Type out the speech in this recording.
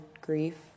grief